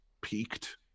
peaked